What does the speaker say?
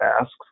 asks